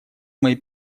мои